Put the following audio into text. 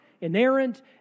inerrant